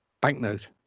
banknote